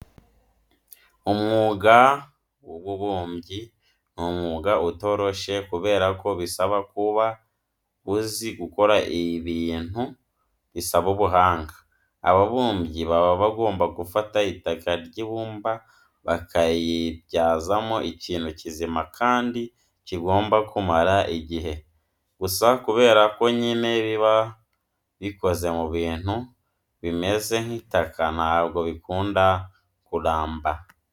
Umwuga w'ububumbyi ni umwuga utoroshye kubera ko bisaba kuba usi gukora ibimtu bisaba ubuhanga. Ababumbyi baba bagomba gufata itaka ry'ibumba bakaribyazamo ikintu kizima kandi kigomba kumara igihe. Gusa kubera ko nyine biba bikoze mu bintu bimeze nk'itaka ntabwo bikunda kuramba.